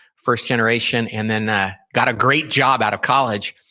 first generation, and then ah got a great job out of college,